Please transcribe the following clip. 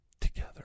together